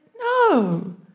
no